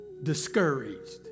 discouraged